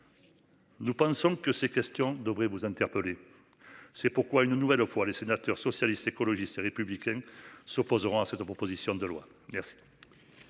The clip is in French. Nous pensons que ces questions devrait vous interpeller. C'est pourquoi une nouvelle fois les sénateur socialiste, écologiste et républicain s'opposeront à cette proposition de loi. Merci.